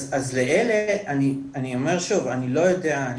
אז לאלה אני אומר שוב, אני לא יודע,